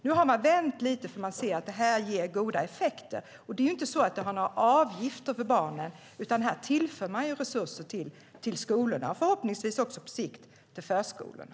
Nu har man vänt lite, eftersom man ser att det ger goda effekter. Det är inte så att det är några avgifter för barnen, utan här tillför man resurser till skolorna och förhoppningsvis också på sikt till förskolorna.